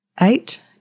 Eight